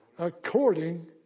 According